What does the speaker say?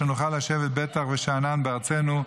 שנוכל לשבת "בטח ושאנן" בארצנו,